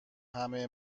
همه